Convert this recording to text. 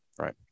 Right